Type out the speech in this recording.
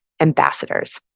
ambassadors